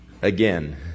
Again